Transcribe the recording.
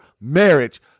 marriage